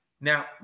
Now